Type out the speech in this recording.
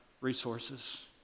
resources